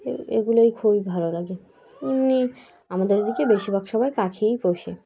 এ এগুলোই খুবই ভালো লাগে এমনি আমাদের দিকে বেশিরভাগ সবাই পাখিই পোষে